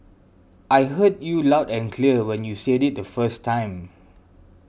I heard you loud and clear when you said it the first time